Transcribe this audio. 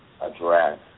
address